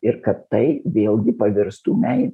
ir kad tai vėlgi pavirstų meile